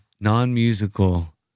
non-musical